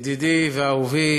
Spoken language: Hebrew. ידידי ואהובי